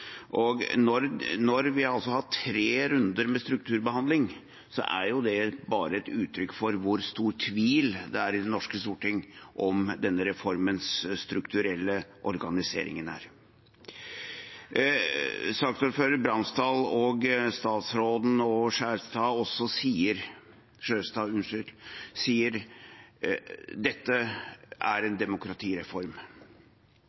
går. Når vi har hatt tre runder med strukturbehandling, er det bare et uttrykk for hvor stor tvil det er i det norske storting om denne reformens strukturelle organisering. Saksordfører Bransdal, statsråden og Skjelstad sier at dette er